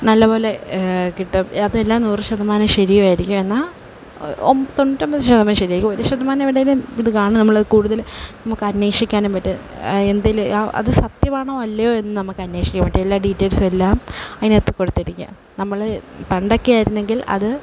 നല്ലപോലെ കിട്ടും അതെല്ലാം നൂറ് ശതമാനം ശരിയുമായിരിക്കും എന്ന തൊണ്ണൂറ്റി അമ്പത് ശതമാനം ശരിയായിരിക്കും ഒരു ശതമാനം ഇത് കാണും നമ്മൾ കൂടുതൽ നമുക്ക് അന്വേഷിക്കാനും പറ്റത്തില്ല എന്തേലും അത് സത്യമാണോ അല്ലയോ എന്ന് നമുക്ക് അന്വേഷിക്കാൻ പറ്റും എല്ലാ ഡീറ്റൈൽസും എല്ലാം അതിന് അകത്ത് കൊടുത്തിരിക്കും നമ്മൾ പണ്ടൊക്കെ ആയിരുന്നെങ്കിൽ അത്